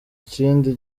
ikindi